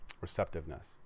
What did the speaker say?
receptiveness